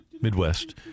Midwest